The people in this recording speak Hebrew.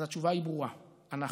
אז התשובה היא ברורה, אנחנו.